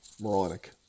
Moronic